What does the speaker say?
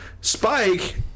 Spike